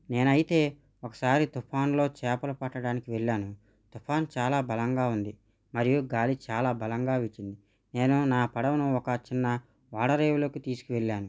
నేనైతే ఒకసారి తుఫాన్లో చేపలు పట్టడానికి వెళ్ళాను తుఫాన్ చాలా బలంగా ఉంది మరియు గాలి చాలా బలంగా వీచింది నేను నా పడవను ఒక చిన్న ఓడరేవులోకి తీసుకువెళ్ళాను